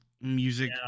music